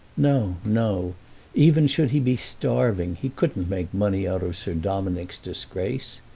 no, no even should he be starving he couldn't make money out of sir dominick's disgrace.